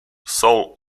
saul